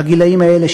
בגילים האלה,